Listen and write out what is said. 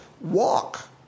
walk